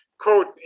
quote